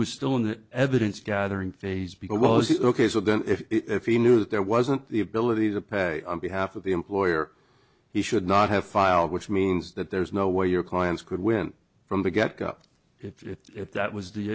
was still in the evidence gathering phase because it was ok so then if he knew that there wasn't the ability to pay on behalf of the employer he should not have filed which means that there's no way your clients could win from the get go if that was the